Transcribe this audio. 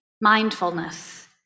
mindfulness